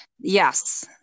Yes